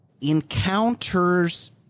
encounters